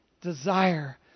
desire